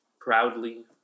Proudly